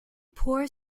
poor